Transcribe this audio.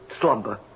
slumber